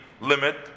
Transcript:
limit